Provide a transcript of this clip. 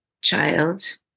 child